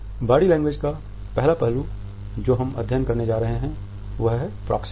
body language का पहला पहलू जो हम अध्ययन करने जा रहे हैं वह है प्रॉक्सिमिक्स